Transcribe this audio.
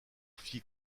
fit